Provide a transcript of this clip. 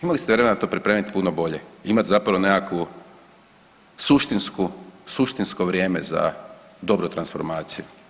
Imali ste vremena to pripremiti puno bolje i imati zapravo nekakvo suštinsko vrijeme za dobru transformaciju.